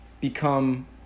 become